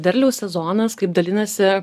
derliaus sezonas kaip dalinasi